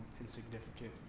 insignificant